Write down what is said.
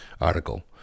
article